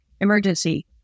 emergency